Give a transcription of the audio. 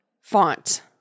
font